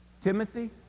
Timothy